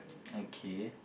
okay